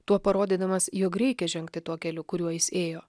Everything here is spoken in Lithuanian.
tuo parodydamas jog reikia žengti tuo keliu kuriuo jis ėjo